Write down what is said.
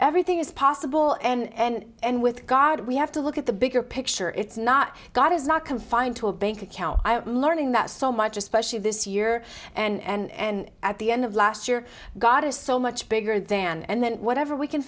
everything is possible and with god we have to look at the bigger picture it's not god is not confined to a bank account i am learning that so much especially this year and at the end of last year god is so much bigger than and then whatever we can